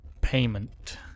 payment